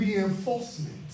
enforcement